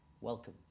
Welcome